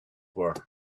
were